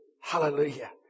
Hallelujah